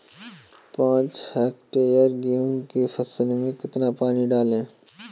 पाँच हेक्टेयर गेहूँ की फसल में कितना पानी डालें?